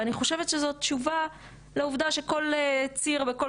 ואני חושבת שזאת תשובה לעובדה שכל ציר וכל